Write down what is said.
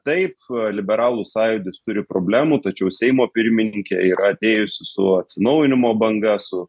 taip liberalų sąjūdis turi problemų tačiau seimo pirmininkė yra atėjusi su atsinaujinimo banga su